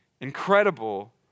Incredible